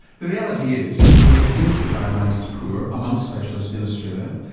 the reality is that the adherence to guidelines is poor amongst specialists in australia,